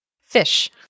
Fish